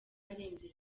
arembye